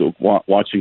watching